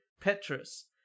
Petrus